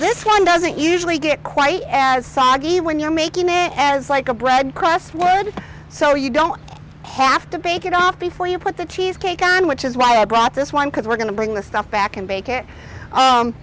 this one doesn't usually get quite as soggy when you're making it as like a bread crossword so you don't have to bake it off before you put the cheesecake on which is why i brought this one because we're going to bring the stuff back and bake it